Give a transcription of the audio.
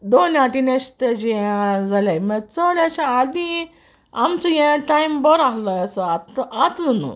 दोन आटीन अेश तेजे हें जालाय चोड अेश आदीं आमच यें टायम बोर आहलो अेसो आत न्हूं